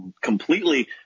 completely